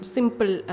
Simple